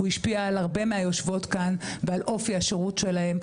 הוא השפיע על הרבה מהיושבות כאן ועל אופי השירות שלהן,